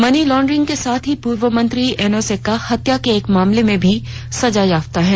money laundering के साथ ही पूर्व मंत्री एनोस एक्का हत्या के एक मामले में भी सजायाप्ता हैं